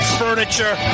furniture